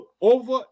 over